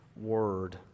word